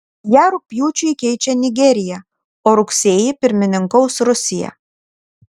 ją rugpjūčiui keičia nigerija o rugsėjį pirmininkaus rusija